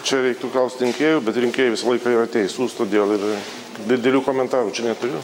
čia reiktų klaust rinkėjų bet rinkėjai visą laiką yra teisūs todėl ir didelių komentarų čia neturiu